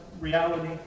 reality